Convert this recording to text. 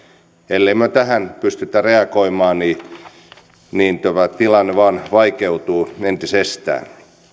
ellemme me tähän pysty reagoimaan tämä tilanne vain vaikeutuu entisestään